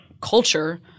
culture